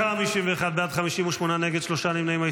51 בעד, 58 נגד, שלושה נמנעים.